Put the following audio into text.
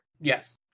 Yes